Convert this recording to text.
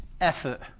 effort